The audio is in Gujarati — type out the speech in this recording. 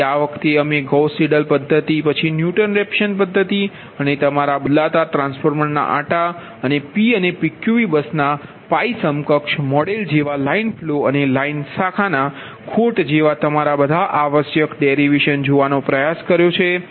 તેથી આ વખતે અમે ગૌસ સીડેલ પદ્ધતિ પછી ન્યૂટન રેફસન પદ્ધતિ અને તમારા બદલતા ટ્રાન્સફોર્મર અને P અને PQV બસના પાઇ સમકક્ષ મોડેલ જેવા લાઈન ફ્લો અને લાઇન શાખાના ખોટ જેવા તમારા બધા આવશ્યક ડેરિવેશન જોવાનો પ્રયાસ કર્યો છે